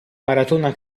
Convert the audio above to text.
maratona